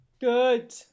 Good